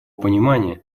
понимание